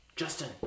Justin